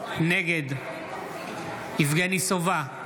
נגד יבגני סובה,